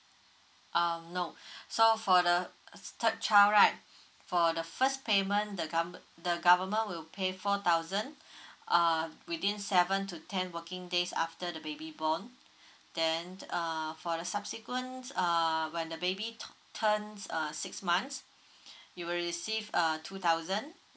um no so for the third child right for the first payment the govern the government will pay four thousand uh within seven to ten working days after the baby born then err for the subsequent err when the baby turn turns err six months you will receive uh two thousand